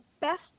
best